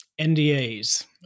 NDAs